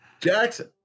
Jackson